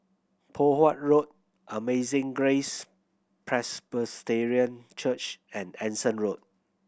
Poh Huat Road Amazing Grace Presbyterian Church and Anson Road